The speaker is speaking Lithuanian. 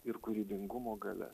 ir kūrybingumo galias